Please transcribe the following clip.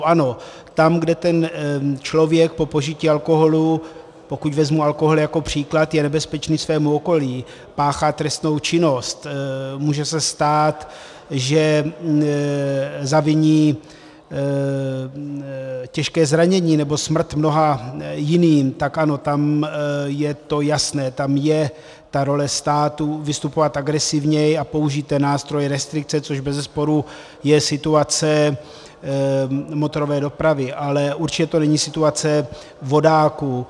Ano, tam, kde ten člověk po požití alkoholu, pokud vezmu alkohol jako příklad, je nebezpečný svému okolí, páchá trestnou činnost, může se stát, že zaviní těžké zranění nebo smrt mnoha jiným, tak ano, tam je to jasné, tam je role státu vystupovat agresivněji a vystupovat nástroj restrikce, což bezesporu je situace u motorové dopravy, ale určitě to není situace vodáků.